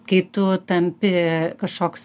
kai tu tampi kažkoks